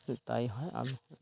তাই হয় আমি